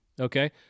Okay